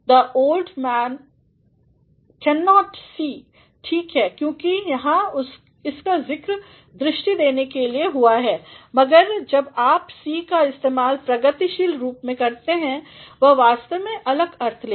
the old man cannot see ठीक है क्योंकि यहाँ इसका ज़िक्र दृष्टि देने के लिए हुआ है मगर जब आप सी का इस्तेमाल प्रगतिशील रूप में करते हैं वह वास्तव में अलग अर्थ ले लेता है